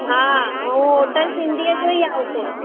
हा ऐं होटल सिंधीअ जो ई आहे हुते